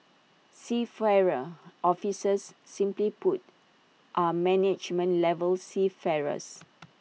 seafarer officers simply put are management level seafarers